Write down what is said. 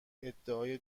ادعای